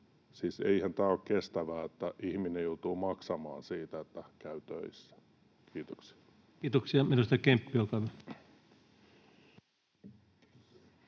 Siis eihän tämä ole kestävää, että ihminen joutuu maksamaan siitä, että käy töissä. — Kiitoksia. [Speech 15] Speaker: